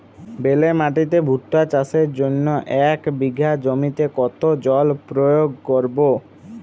বেলে মাটিতে ভুট্টা চাষের জন্য এক বিঘা জমিতে কতো জল প্রয়োগ করব?